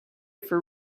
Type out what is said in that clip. for